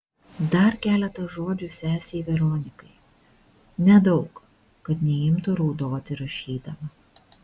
dar keletą žodžių sesei veronikai nedaug kad neimtų raudoti rašydama